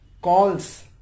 calls